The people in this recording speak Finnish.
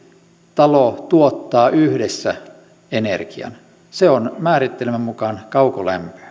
talo tuottaa yhdessä energian se on määritelmän mukaan kaukolämpöä